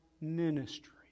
ministry